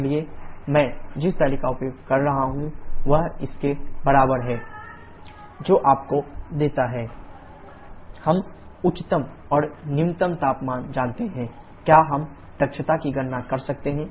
इसलिए मैं जिस तालिका का उपयोग कर रहा हूं वह इसके बराबर है 2468°C जो आपको देता है 29783 𝐾 हम उच्चतम और निम्नतम तापमान जानते हैं क्या हम दक्षता की गणना कर सकते हैं